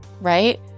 right